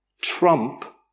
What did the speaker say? trump